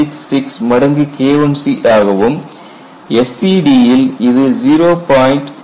866 மடங்கு KIC ஆகவும் SED ல் இது 0